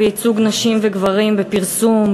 בייצוג נשים וגברים בפרסום,